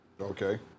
Okay